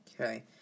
okay